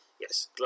yes